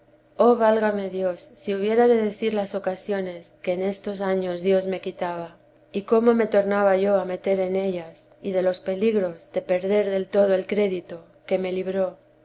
oh válame dios si hubiera de decir las ocasiones que en estos años dios me quitaba y cómo me tornaba yo a meter en ellas y de los peligros de perder del todo el crédito que me libró